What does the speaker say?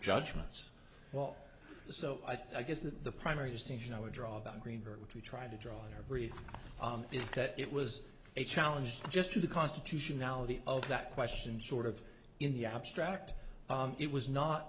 judgments well so i guess that the primary distinction i would draw about greenberg which we try to draw in our brief is that it was a challenge just to the constitutionality of that question sort of in the abstract it was not